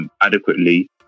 adequately